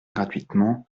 gratuitement